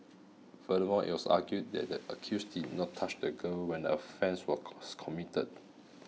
furthermore it was argued that the accused did not touch the girl when the offence were committed